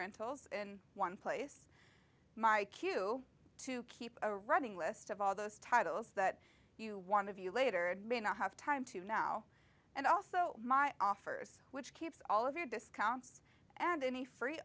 rentals in one place my cue to keep a running list of all those titles that you want to view later and may not have time to now and also my offers which keeps all of your discounts and any free